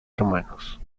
hermanos